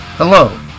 Hello